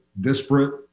disparate